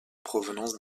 provenance